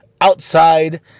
outside